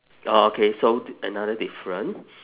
orh okay so another different